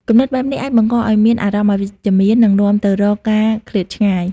គំនិតបែបនេះអាចបង្កឱ្យមានអារម្មណ៍អវិជ្ជមាន និងនាំទៅរកការឃ្លាតឆ្ងាយ។